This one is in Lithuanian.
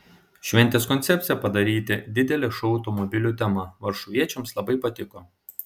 šventės koncepcija padaryti didelį šou automobilių tema varšuviečiams labai patiko